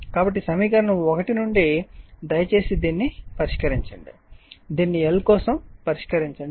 కాబట్టి సమీకరణం 1 నుండి దయచేసి దీనిని పరిష్కరించండి దీనిని L కోసం పరిష్కరించండి